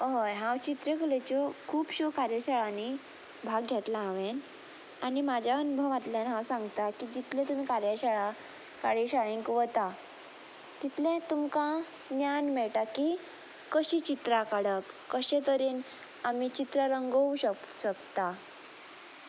हय हांव चित्रकलेच्यो खुबश्यो कार्यशाळांनी भाग घेतलां हांवें आनी म्हज्या अनुभवांतल्यान हांव सांगतां की जितले तुमी कार्यशाळा कार्यशाळेंक वता तितलें तुमकां ज्ञान मेळटा की कशीं चित्रां काडप कशे तरेन आमी चित्रां रंगोवं शक शकता